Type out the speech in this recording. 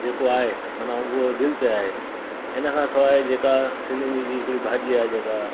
जेको आहे माना उहो दिलि ते आहे इन खां सवाइ जेका सिंधियुनि जी जी हिकिड़ी भाॼी आहे जेका